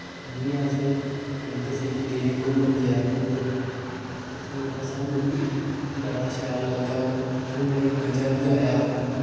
जि'यां अस pink city गे घुम्मन जैपुर उत्थै जेह्ड़ा साणु कि बड़ा शैल लग्गा घुम्मने मजा वी आया